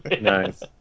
Nice